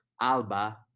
Alba